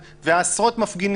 לא זה, אבל תחושות לא טובות.